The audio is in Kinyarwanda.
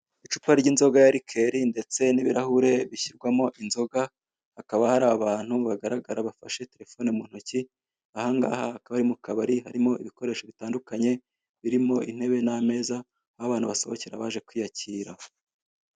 Icupa ry'inzoga ya rikeri ndetse n'ibirahure bishyirwamo inzoga, hakaba hari abantu bagaragara bafashe telefone mu ntoki, aha ngaha akaba ari mu kabari harimo ibikoresho bitandukanye, birimo intebe n'ameza aho abantu basohokera baje kwiyakira.